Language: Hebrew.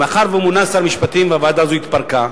מאחר שהוא מונה לשר משפטים והוועדה הזאת התפרקה,